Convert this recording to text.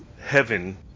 heaven